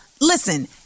Listen